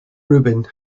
rubin